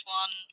one